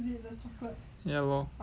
ya lor